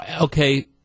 Okay